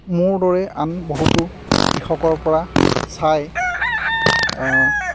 মোৰ দৰে আন বহুতো কৃষকৰ পৰা চাই